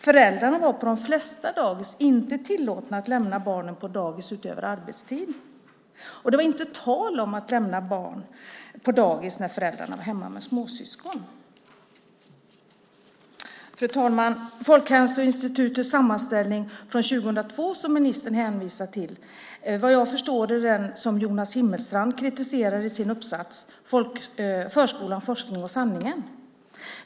Föräldrarna var på de flesta dagis inte tillåtna att lämna barnen på dagis utöver arbetstid, och det var inte tal om att lämna barn på dagis när föräldrarna var hemma med barnens småsyskon. Fru talman! Den sammanställning från 2002 från Folkhälsoinstitutet som ministern hänvisar till är vad jag förstår den som Jonas Himmelstrand kritiserar i sin uppsats Förskolan, forskningen och sanningen .